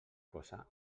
cosa